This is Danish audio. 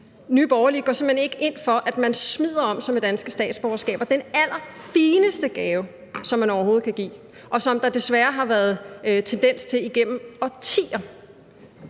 Nye Borgerlige går simpelt hen ikke ind for, at man smider om sig med danske statsborgerskaber – den allerfineste gave, som man overhovedet kan give, og som der desværre har været tendens til igennem årtier